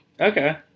Okay